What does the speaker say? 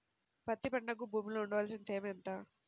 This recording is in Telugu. పత్తి పంటకు భూమిలో ఉండవలసిన తేమ ఎంత?